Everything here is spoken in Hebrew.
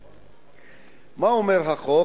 מה אומר החוק?